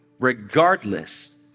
regardless